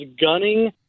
gunning